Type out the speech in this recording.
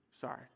Sorry